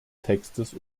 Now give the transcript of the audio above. textes